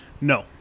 No